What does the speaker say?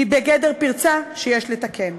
היא בגדר פרצה שיש לתקן.